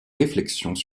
réflexions